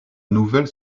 nouvelle